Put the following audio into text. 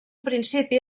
principi